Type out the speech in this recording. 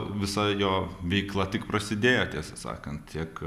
visa jo veikla tik prasidėjo tiesą sakant tiek